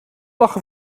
lachen